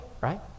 right